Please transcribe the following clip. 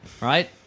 right